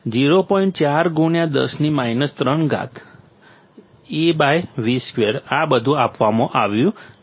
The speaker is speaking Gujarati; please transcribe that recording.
4 10 3 A V2 આ બધું આપવામાં આવ્યું છે